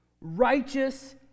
Righteous